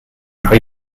rhoi